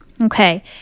Okay